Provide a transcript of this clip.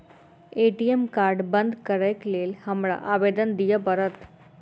ATM card बंद करैक लेल हमरा आवेदन दिय पड़त?